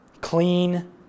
Clean